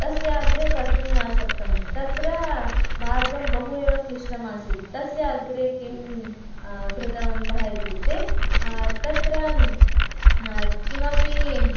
तस्य अग्रे कर्तुं न शक्तं तत्र मार्गं बहु एव क्लिष्टमासीत् तस्य अग्रे किं कृतवन्तः इत्युक्ते तत्र किमपि